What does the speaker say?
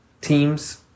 teams